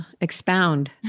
Expound